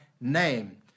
name